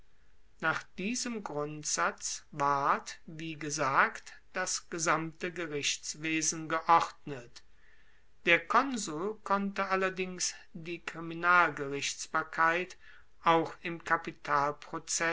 nach diesem grundsatz ward wie gesagt das gesamte gerichtswesen geordnet der konsul konnte allerdings die kriminalgerichtsbarkeit auch im